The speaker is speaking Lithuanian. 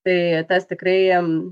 tai tas tikrai